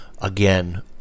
again